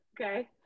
okay